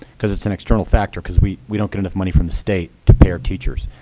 because it's an external factor, because we we don't get enough money from the state to pay our teachers.